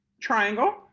triangle